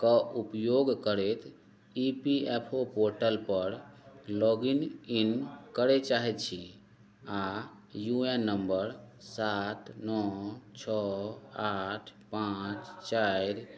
के उपयोग करैत ई पी एफ ओ पोर्टलपर लॉगिन इन करै चाहै छी आओर यू एन नम्बर सात छओ नओ छओ आठ पाँच चारि